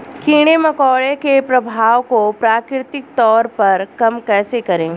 कीड़े मकोड़ों के प्रभाव को प्राकृतिक तौर पर कम कैसे करें?